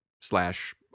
slash